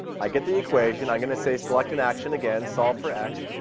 i get the equation, i'm going to say select an action again, solve for x.